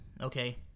Okay